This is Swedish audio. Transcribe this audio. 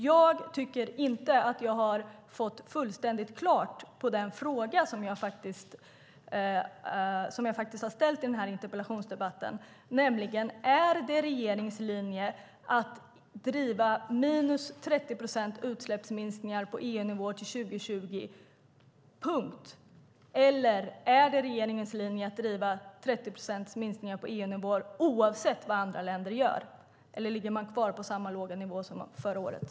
Jag tycker inte att jag har fått ett fullständigt klart svar på de frågor jag har ställt i den här interpellationsdebatten, nämligen: Är det regeringens linje att driva minus 30 procent utsläppsminskningar på EU-nivå till 2020 - punkt, eller är det regeringens linje att driva 30 procents minskningar på EU-nivå oavsett vad andra länder gör? Ligger man kvar på samma låga nivå som förra året?